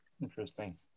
Interesting